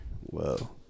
Whoa